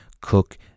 Cook